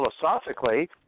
philosophically